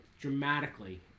dramatically